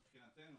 מבחינתנו,